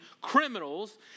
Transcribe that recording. criminals